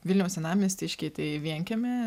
vilniaus senamiestį iškeitei į vienkiemį